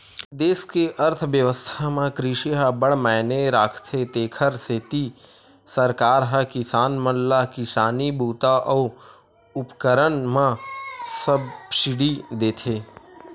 देस के अर्थबेवस्था म कृषि ह अब्बड़ मायने राखथे तेखर सेती सरकार ह किसान मन ल किसानी बूता अउ उपकरन म सब्सिडी देथे